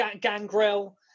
Gangrel